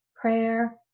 prayer